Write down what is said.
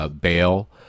bail